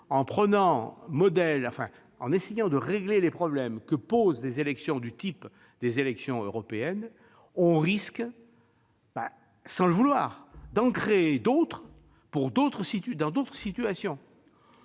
en essayant de régler des problèmes qui se posent lors des élections européennes, on risque, sans le vouloir, d'en créer de nouveaux dans d'autres situations.